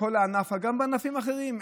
גם בענפים אחרים,